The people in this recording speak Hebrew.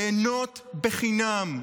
ליהנות בחינם.